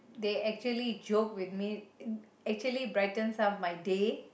they actually joke with me actually brightens up my day